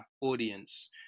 audience